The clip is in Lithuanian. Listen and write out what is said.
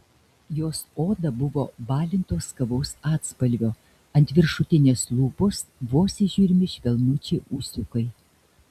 jos oda buvo balintos kavos atspalvio ant viršutinės lūpos vos įžiūrimi švelnučiai ūsiukai